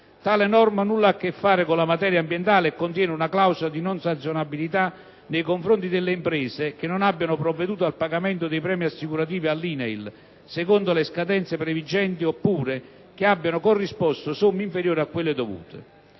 Tale norma nulla ha a che fare con la materia ambientale e contiene una clausola di non sanzionabilità nei confronti delle imprese che non abbiano provveduto al pagamento dei premi assicurativi all'INAIL secondo le scadenze previgenti, oppure che abbiano corrisposto somme inferiori a quelle dovute.